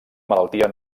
malaltia